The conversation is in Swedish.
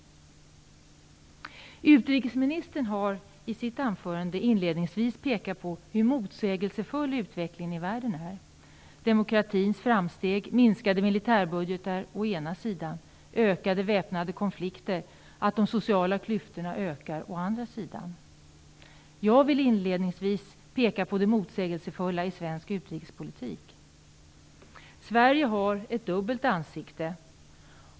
Utrikesministern har i sitt anförande inledningsvis pekat på hur motsägelsefull utvecklingen i världen är: demokratins framsteg och minskade militärbudgetar å ena sidan, de ökade väpnade konflikterna och sociala klyftorna å andra sidan. Jag vill inledningsvis peka på det motsägelsefulla i svensk utrikespolitik. Sverige har ett dubbelt ansikte.